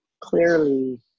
clearly